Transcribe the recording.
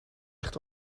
echt